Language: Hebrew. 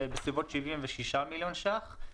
בסביבות 76 מיליון שקלים.